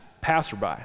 passerby